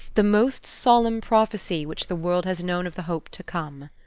the most solemn prophecy which the world has known of the hope to come.